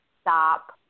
stop